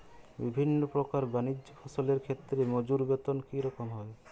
বিভিন্ন প্রকার বানিজ্য ফসলের ক্ষেত্রে মজুর বেতন কী রকম হয়?